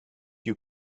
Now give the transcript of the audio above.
you